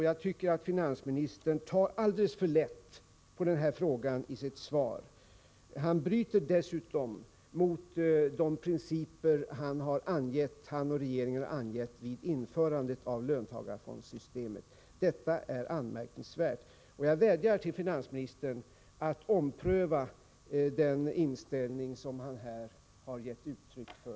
Jag tycker att finansministern tar alldeles för lätt på den här frågan i sitt svar. Han bryter dessutom mot de principer han och regeringen har angett vid införandet av löntagarfondssystemet. Detta är anmärkningsvärt. Jag vädjar till finansministern att ompröva den inställning som han här har gett uttryck för.